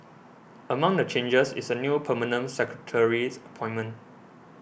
among the changes is a new Permanent Secretary appointment